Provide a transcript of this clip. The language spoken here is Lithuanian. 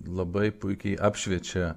labai puikiai apšviečia